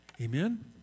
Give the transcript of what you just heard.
Amen